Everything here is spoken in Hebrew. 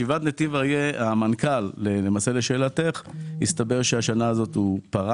בישיבת "נתיב אריה" הסתבר שהמנכ"ל פרש בשנה הזו.